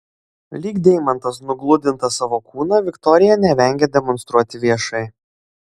lyg deimantas nugludintą savo kūną viktorija nevengia demonstruoti viešai